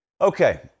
Okay